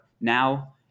now